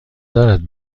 دارد